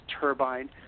turbine